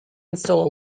install